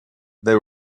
they